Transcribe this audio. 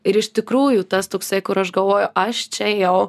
ir iš tikrųjų tas toksai kur aš galvojau aš čia jau